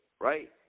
right